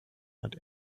had